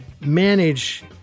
manage